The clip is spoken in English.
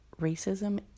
racism